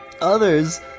Others